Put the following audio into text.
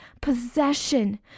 possession